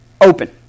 open